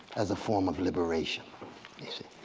as a form of liberation you see.